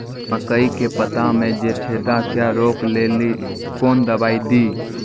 मकई के पता मे जे छेदा क्या रोक ले ली कौन दवाई दी?